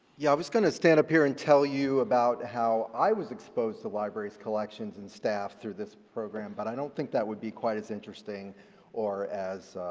yeah, i was going to stand up here and tell you about how i was exposed to libraries collections and staff through this program, but i don't think that would be quite as interesting or as